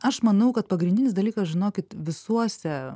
aš manau kad pagrindinis dalykas žinokit visuose